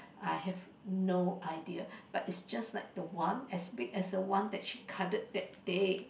I have no idea but is just like the one as big as the one that she cuddle that day